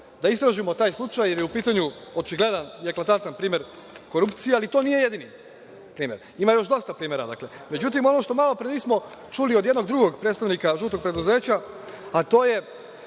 da istražimo taj slučaj jer je u pitanju očigledan deklatantan primer korupcije, ali to nije jedini primer. Ima još dosta primera. Međutim, ono što malopre nismo čuli od jednog drugog predstavnika žutog preduzeća, a to je